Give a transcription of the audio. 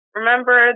remember